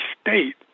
state